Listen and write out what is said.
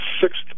sixth